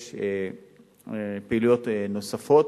יש פעילויות נוספות,